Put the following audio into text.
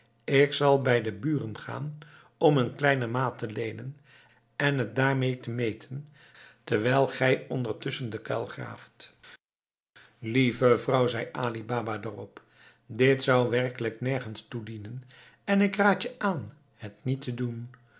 ik zal bij de buren gaan om een kleine maat te leenen en het daarmee te meten terwijl gij ondertusschen den kuil graaft lieve vrouw zei ali baba daarop dit zou werkelijk nergens toe dienen en ik raad je aan het niet te doen